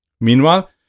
Meanwhile